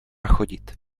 chodit